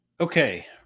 Okay